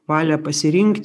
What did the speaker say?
valią pasirinkti